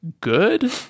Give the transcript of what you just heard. good